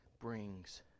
brings